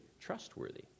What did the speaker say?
trustworthy